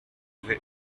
vais